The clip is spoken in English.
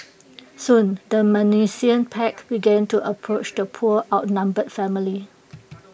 soon the menacing pack began to approach the poor outnumbered family